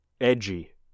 Edgy